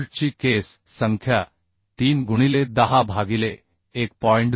बोल्टची केस संख्या 3 गुणिले 10 भागिले 1